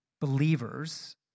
Believers